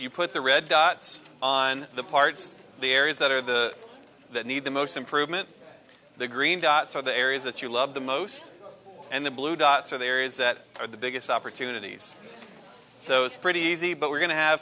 you put the red dots on the parts the areas that are the that need the most improvement the green dots are the areas that you love the most and the blue dots are the areas that are the biggest opportunities so it's pretty easy but we're going to ha